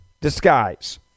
disguise